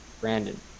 Brandon